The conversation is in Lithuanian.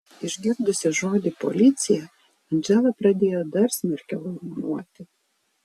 išgirdusi žodį policija andžela pradėjo dar smarkiau aimanuoti